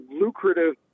lucrative